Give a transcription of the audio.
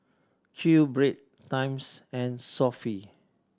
QBread Times and Sofy